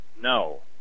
No